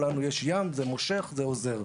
לנו יש ים שהוא מושך וזה עוזר.